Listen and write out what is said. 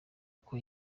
uko